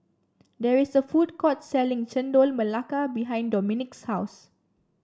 there is a food court selling Chendol Melaka behind Dominick's house